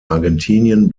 argentinien